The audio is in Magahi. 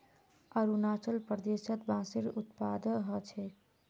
अरुणाचल प्रदेशत बांसेर उत्पादन ह छेक